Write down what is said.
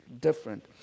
different